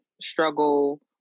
struggle